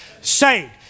Saved